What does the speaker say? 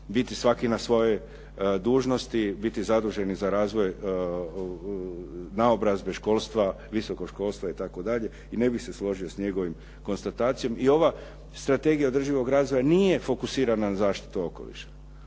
biti svaki na svojoj dužnosti, biti zaduženi za razvoj naobrazbe, školstva, visokog školstva i tako dalje i ne bih se složio s njegovim konstatacijama. I ova strategija održivog razvoja nije fokusirana na zaštitu okoliša,